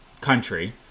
country